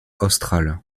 australe